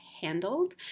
handled